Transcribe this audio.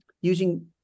using